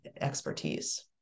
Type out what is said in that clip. expertise